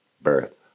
birth